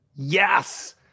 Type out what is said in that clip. Yes